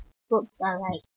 books are like